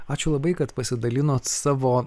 ačiū labai kad pasidalinot savo